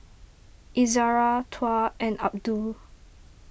Izzara Tuah and Abdul